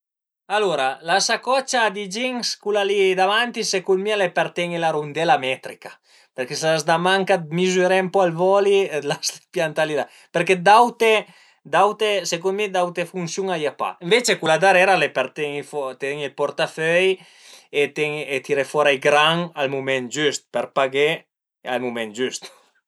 Alura la sacocia di jeans, cula li davanti secund mi al e për ten-i la rundela metrica përché së l'as da manca dë mizüré ën po al voli, t'las piantà li la, përché d'aute d'aute secund mi d'aute funsiun a i a pa, ënvece cula darera al e për ten-i ël portaföi e tiré fora i gran al mument giüst per paghé al mument giüst